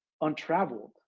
untraveled